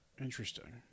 Interesting